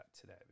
today